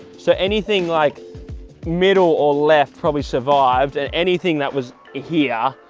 so anything like middle or left probably survived and anything that was ah here.